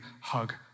hug